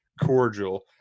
cordial